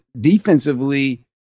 Defensively